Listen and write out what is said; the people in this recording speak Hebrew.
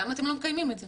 למה אתם לא מקיימים את זה.